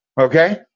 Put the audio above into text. okay